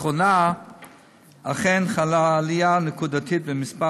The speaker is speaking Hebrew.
לאחרונה אכן חלה עלייה נקודתית במספר